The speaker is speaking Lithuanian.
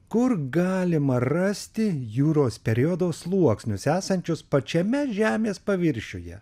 kur galima rasti jūros periodo sluoksnius esančius pačiame žemės paviršiuje